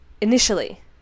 initially